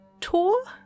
tour